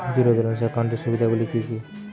Zero balance একাউন্টের সুবিধা গুলি কি কি?